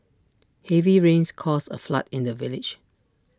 heavy rains caused A flood in the village